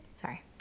Sorry